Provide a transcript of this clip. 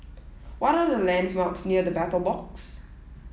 what are the landmarks near The Battle Box